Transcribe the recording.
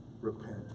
repent